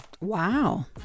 wow